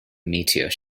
meteor